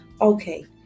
Okay